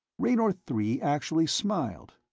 raynor three actually smiled.